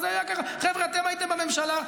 חבר'ה, אתם הייתם בממשלה.